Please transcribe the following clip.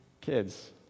kids